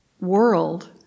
world